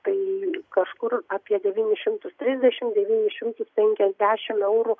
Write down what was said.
tai kažkur apie devynis šimtus trisdešimt devynis šimtus penkiasdešimt eurų